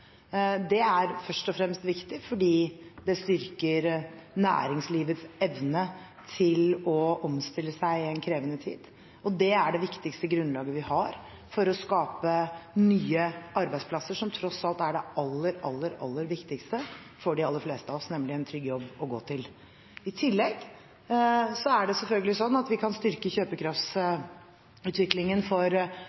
Det er først og fremst viktig fordi det styrker næringslivets evne til å omstille seg i en krevende tid, og det er det viktigste grunnlaget vi har for å skape nye arbeidsplasser – det som tross alt er det aller, aller, aller viktigste for de aller fleste av oss, nemlig en trygg jobb å gå til. I tillegg er det selvfølgelig sånn at vi kan styrke kjøpekraftsutviklingen for